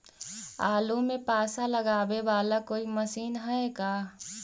आलू मे पासा लगाबे बाला कोइ मशीन है का?